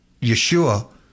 Yeshua